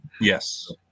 Yes